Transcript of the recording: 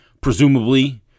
presumably